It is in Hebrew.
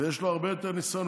ויש לו הרבה יותר ניסיון.